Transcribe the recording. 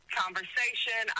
conversation